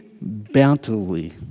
bountifully